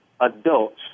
Adults